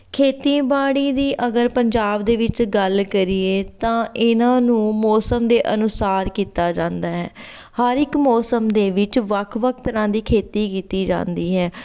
ਖੇਤੀਬਾੜੀ ਦੀ ਅਗਰ ਪੰਜਾਬ ਦੇ ਵਿੱਚ ਗੱਲ ਕਰੀਏ ਤਾਂ ਇਹਨਾਂ ਨੂੰ ਮੌਸਮ ਦੇ ਅਨੁਸਾਰ ਕੀਤਾ ਜਾਂਦਾ ਹੈ ਹਰ ਇੱਕ ਮੌਸਮ ਦੇ ਵਿੱਚ ਵੱਖ ਵੱਖ ਤਰ੍ਹਾਂ ਦੀ ਖੇਤੀ ਕੀਤੀ ਜਾਂਦੀ ਹੈ